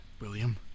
William